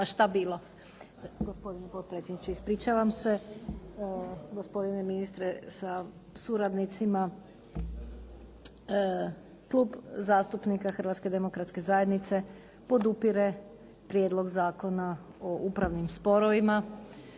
Ana (HDZ)** Gospodine potpredsjedniče ispričavam se, gospodine ministre sa suradnicima. Klub zastupnika Hrvatske demokratske zajednice podupire Prijedlog zakona o upravnim sporovima